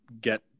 get